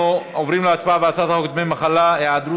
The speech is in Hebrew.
אנחנו עוברים להצבעה על הצעת חוק דמי מחלה (היעדרות